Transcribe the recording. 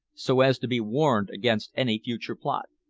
so as to be warned against any future plot.